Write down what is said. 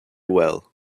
well